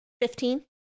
Fifteen